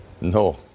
No